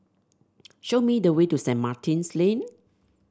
show me the way to Saint Martin's Lane